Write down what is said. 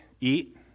eat